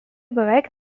beveik